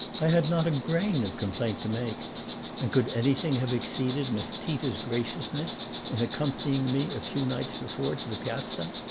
i had not a grain of complaint to make and could anything have exceeded miss tita's graciousness in accompanying me a few nights before to the piazza?